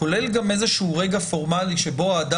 כולל גם איזשהו רגע שהוא רגע פורמלי שבו האדם